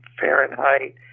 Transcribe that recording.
Fahrenheit